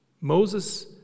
Moses